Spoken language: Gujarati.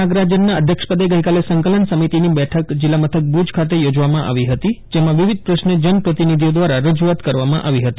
નાગરાજનના અધ્યક્ષ પદે ગઈકાલે સંકલન સમિતિની બેઠક ચોજવામાં આવી હતી જેમાં વિવિધ પ્રશ્ને જન પ્રતિનિધિઓ દ્વારા રજુઆતો કરવામાં આવી હતી